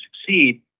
succeed